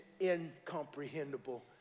incomprehensible